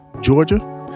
Georgia